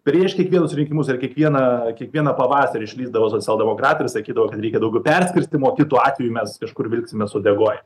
prieš kiekvienus rinkimus ar kiekvieną kiekvieną pavasarį išlįsdavo socialdemokratai ir sakydavo kad reikia daugiau perskirstymo kitu atveju mes kažkur vilksimės uodegoj